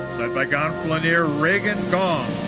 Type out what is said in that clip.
led by gonfaloniere regan gong,